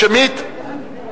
שמית?